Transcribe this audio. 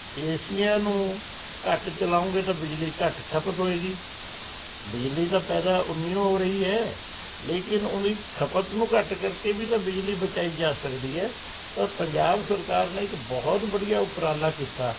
ਏਸੀਆਂ ਨੂੰ ਘੱਟ ਚਲਾਊਗੇ ਤਾਂ ਬਿਜਲੀ ਘੱਟ ਖਪਤ ਹੋਵੇਗੀ ਬਿਜਲੀ ਤਾਂ ਪੈਦਾ ਉਨੀਓ ਹੋ ਰਹੀ ਹੈ ਲੇਕਿਨ ਓਹਦੀ ਖਪਤ ਨੂੰ ਘੱਟ ਕਰਕੇ ਵੀ ਤਾਂ ਬਿਜਲੀ ਬਚਾਈ ਜਾਂ ਸਕਦੀ ਹੈ ਤਾਂ ਪੰਜਾਬ ਸਰਕਾਰ ਨੇ ਇੱਕ ਬਹੁਤ ਬੜੀਆ ਉਪਰਾਲਾ ਕੀਤਾ